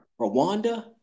Rwanda